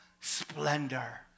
splendor